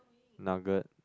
nugget